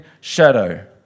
shadow